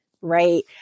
right